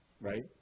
right